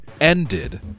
ended